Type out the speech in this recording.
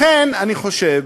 לכן אני חושב